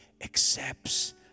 accepts